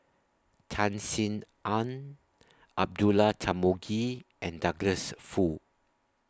Tan Sin Aun Abdullah Tarmugi and Douglas Foo